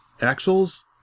axles